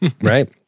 right